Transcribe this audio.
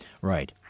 Right